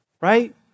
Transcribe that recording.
Right